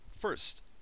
First